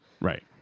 Right